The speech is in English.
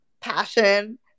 passion